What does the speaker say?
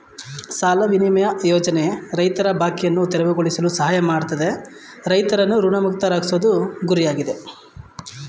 ಸಾಲ ವಿನಿಮಯ ಯೋಜನೆ ರೈತರ ಬಾಕಿಯನ್ನು ತೆರವುಗೊಳಿಸಲು ಸಹಾಯ ಮಾಡ್ತದೆ ರೈತರನ್ನು ಋಣಮುಕ್ತರಾಗ್ಸೋದು ಗುರಿಯಾಗಿದೆ